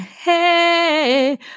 hey